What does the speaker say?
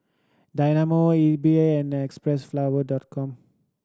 Dynamo Ezbuy and Xpressflower Dot Com